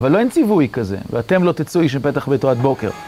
אבל לא אין ציווי כזה, ואתם לא תצאו איש מפתח ביתו עד בוקר.